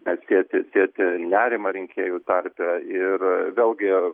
na sėti sėti nerimą rinkėjų tarpe ir vėlgi